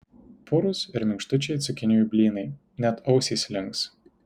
purūs ir minkštučiai cukinijų blynai net ausys links